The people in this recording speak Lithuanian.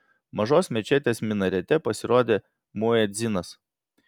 mažos mečetės minarete pasirodė muedzinas